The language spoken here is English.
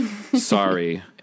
Sorry